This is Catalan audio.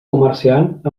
comerciant